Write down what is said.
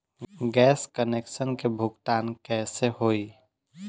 Gas connection के भुगतान कैसे होइ?